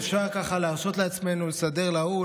שאפשר ככה להרשות לעצמנו לסדר לההוא,